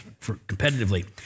competitively